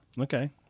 okay